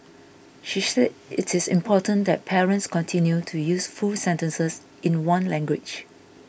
she said it is important that parents continue to use full sentences in one language